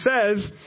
says